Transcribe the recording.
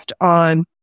on